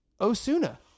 Osuna